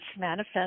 manifest